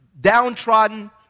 downtrodden